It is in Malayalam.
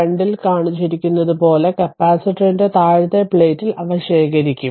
2 ൽ കാണിച്ചിരിക്കുന്നതുപോലെ കപ്പാസിറ്ററിന്റെ താഴത്തെ പ്ലേറ്റിൽ അവ ശേഖരിക്കും